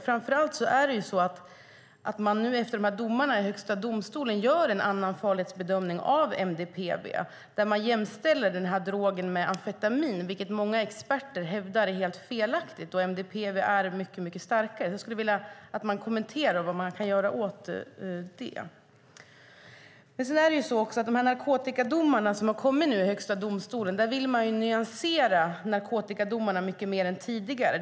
Framför allt är det så att man efter domarna i Högsta domstolen gör en annan farlighetsbedömning av MDPV och jämställer drogen med amfetamin, vilket många experter hävdar är helt felaktigt. Och MDPV är mycket, mycket starkare. Jag skulle vilja ha en kommentar till vad man kan göra åt det. I de narkotikadomar som har kommit nu i Högsta domstolen vill man nyansera narkotikadomarna mycket mer än tidigare.